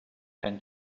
and